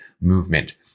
movement